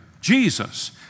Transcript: Jesus